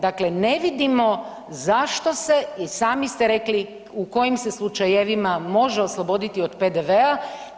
Dakle ne vidimo zašto se, i sami ste rekli u kojim se slučajevima može osloboditi od PDV-a.